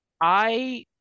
I-